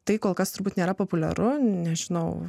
tai kol kas turbūt nėra populiaru nežinau